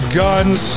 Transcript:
guns